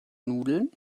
nudeln